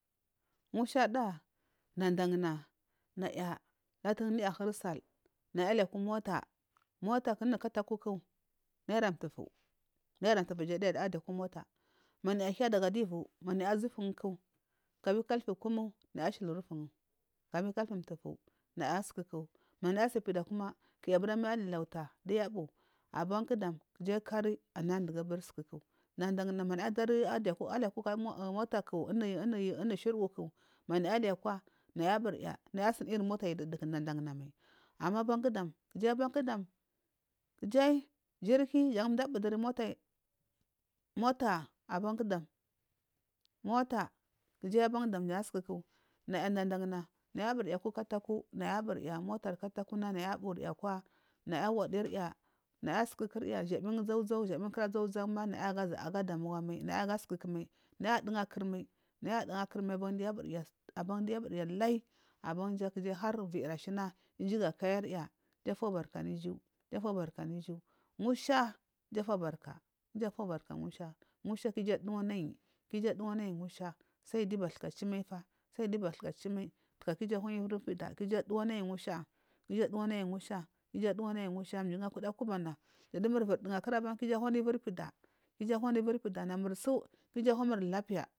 Mushada dadana naya latun duya ahursal naya latun duya ahursal naya aliku mota unu kataku naira mtugu naira mtugu jan duya adakwa mota manaya hiya daga divu siya utumku kafin karfi kumu naya ashili ufomku kafin kafin mtugu naya sukuku manaya asipuda kuma kuya abura mai alilauta abanku duya mbu kuji kau dugu susuku dandana manaya adani manaya adani mota anu shuduwu ku manaya alikwa naya aburya naya asun iri mota yidudu kumai ama banku dam kujiyi jirki dam jan du mdu abu duri mota abakudam mota kujiyi bankudam jangu sukuku naya dandadi iviri burya aku kataku burya motani kataku burya kwa naya wadiyar naya sukukar ya shabiyar zauzau shabekuda zau ma naya aga damuwa mai naya aga sukuku mal naya aduga kurmai naya adungakur mai aban duyar aburya aban duya aburyar layi abankuja harviri ashina iju ga kauri ya ija fobaka anuju jufobarka anu iju musha ijufobarka ijufobarka musha musha kugu aduwanal kuju aduwanal musha sai giyu bathuka chumai fa sai giyu bathuka chumaifa taka kuju wanyi iviri pida kija duwanai musha ku iju aduwanai musha ku iju aduwanai musha sukuda kuba na iviri dungakur ku ijur wanda iviri pida iju wanda iviri pida namur natsu ku iju wamur lapiya.